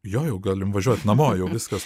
jo jau galim važiuot namo jau viskas